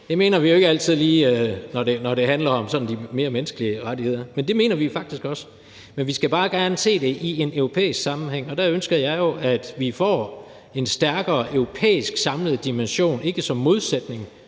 at vi skal efterleve dem, når det handler om menneskerettigheder. Men vi er faktisk enige her. Men vi skal bare gerne se det i en europæisk sammenhæng, og der ønsker jeg jo, at vi får en stærkere samlet europæisk dimension, ikke som modsætning